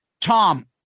Tom